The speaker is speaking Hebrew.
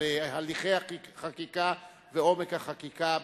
על הליכי החקיקה ועומק החקיקה,